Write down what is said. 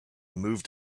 moved